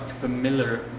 familiar